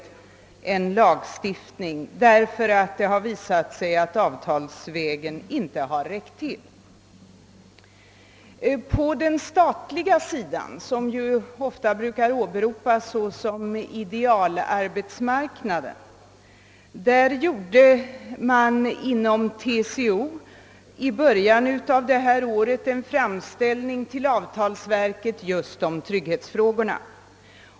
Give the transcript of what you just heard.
Det har nämligen visat sig att de resultat man kunnat nå avtalsvägen inte räckt till. På det statliga området, som ju ofta brukar åberopas såsom <idealarbetsmarknaden, gjorde TCO i början av detta år en framställning till avtalsverket om trygghetsfrågorna.